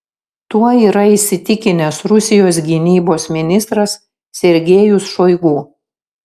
tuo yra įsitikinęs rusijos gynybos ministras sergejus šoigu